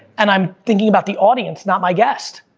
and i'm thinking about the audience, not my guest,